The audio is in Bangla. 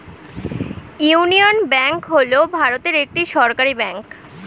ইউনিয়ন ব্যাঙ্ক হল ভারতের একটি সরকারি ব্যাঙ্ক